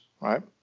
right